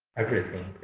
everything.